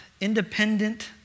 independent